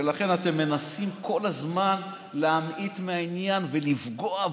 ולכן אתם מנסים כל הזמן להמעיט מהעניין ולפגוע בו.